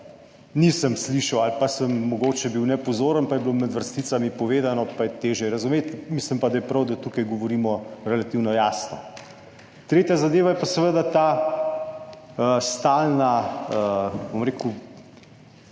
nisem slišal ali pa sem bil mogoče nepozoren, pa je bilo med vrsticami povedano, pa je težje razumeti. Mislim pa, da je prav, da tukaj govorimo relativno jasno. Tretja zadeva je pa seveda ta stalna neupravičena